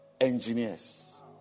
engineers